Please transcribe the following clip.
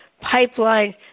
pipeline